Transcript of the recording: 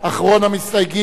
אחרון המסתייגים.